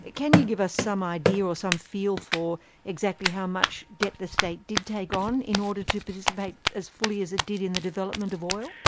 can you give us some idea or some feel for exactly how much debt the state did take on in order to participate as fully as it did in the development of oil?